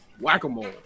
whack-a-mole